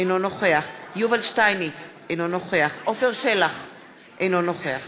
אינו נוכח יובל שטייניץ, אינו נוכח